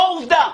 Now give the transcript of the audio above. זו עובדה.